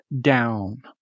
down